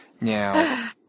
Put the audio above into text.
Now